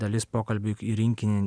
dalis pokalbių į rinkinį